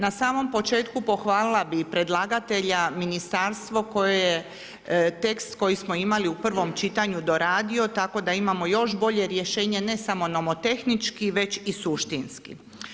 Na samom početku pohvalila bih predlagatelja, ministarstvo koje je tekst koji smo imali u prvom čitanju doradio tako da imamo još bolje rješenje ne samo nomotehnički već i suštinski.